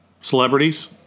celebrities